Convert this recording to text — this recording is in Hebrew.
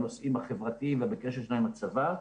בנושאים החברתיים והקשר שלהם עם הצבא.